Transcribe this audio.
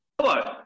Hello